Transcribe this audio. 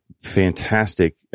fantastic